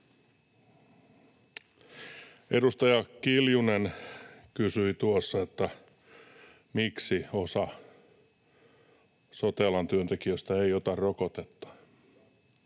Edustaja Kiljunen kysyi tuossa, miksi osa sote-alan työntekijöistä ei ota rokotetta.